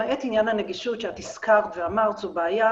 למעט עניין הנגישות שהזכרת כבעיה,